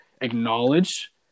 acknowledge